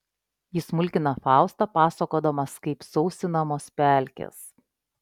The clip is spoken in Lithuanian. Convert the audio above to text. jis mulkina faustą pasakodamas kaip sausinamos pelkės